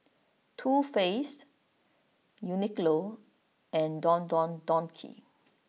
Too Faced Uniqlo and Don Don Donki